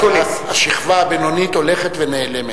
שהשכבה הבינונית הולכת ונעלמת.